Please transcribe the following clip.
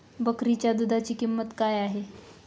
बकरीच्या दूधाची किंमत काय आहे?